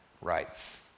rights